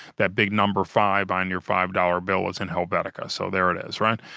that big number five on your five dollars bill is in helvetica. so there it is, right?